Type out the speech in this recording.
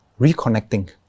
reconnecting